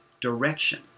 direction